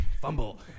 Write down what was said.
Fumble